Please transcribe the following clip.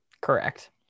Correct